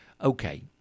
Okay